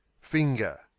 Finger